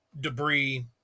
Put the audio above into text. debris